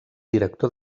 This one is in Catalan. director